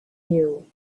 you